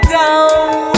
down